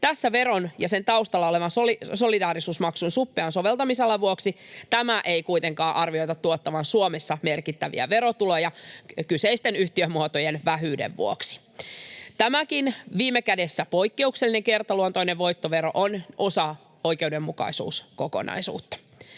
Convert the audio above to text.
Veron ja sen taustalla olevan solidaarisuusmaksun suppean soveltamisalan vuoksi tämän ei kuitenkaan arvioida tuottavan Suomessa merkittäviä verotuloja kyseisten yhtiömuotojen vähyyden vuoksi. Tämäkin viime kädessä poikkeuksellinen kertaluontoinen voittovero on osa oikeudenmukaisuuskokonaisuutta.